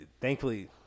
thankfully